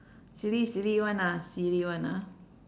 silly silly one ah silly one ah